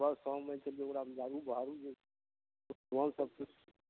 सुबह शाम होइ छै ओकरामे झाड़ू बहारु भेल सब किछु